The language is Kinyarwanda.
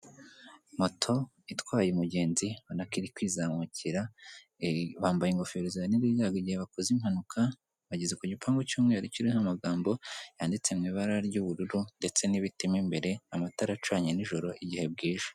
Moto itwaye umugenzi ubona ko iri kwizamukira. Bambaye ingofero zi zabarinda igihe bakoze impanuka. Bageze ku gipangu cy'umweru cyiriho amagambo yanditse mu ibara ry'ubururu ndetse n'ibiti mo imbere, amatara acanye nijoro igihe bwije.